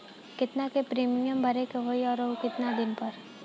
केतना के प्रीमियम भरे के होई और आऊर केतना दिन पर?